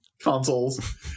consoles